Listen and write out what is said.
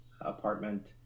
apartment